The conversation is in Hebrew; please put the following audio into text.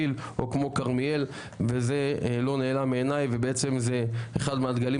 אני אומר לך שנלך על ואהבת לרעך כמוך ברמה של בין הגליל